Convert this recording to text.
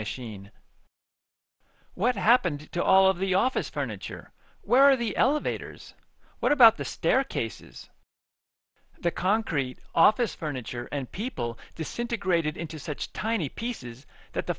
machine what happened to all of the office furniture where the elevators what about the staircases the concrete office furniture and people disintegrated into such tiny pieces that the